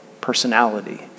personality